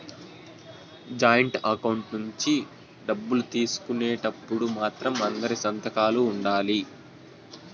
joint account నుంచి డబ్బులు తీసుకునేటప్పుడు మాత్రం అందరి సంతకాలు ఉండాలి